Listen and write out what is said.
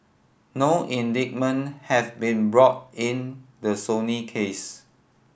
no indictment have been brought in the Sony case